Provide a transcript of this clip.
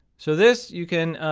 so this, you can.